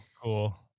cool